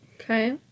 Okay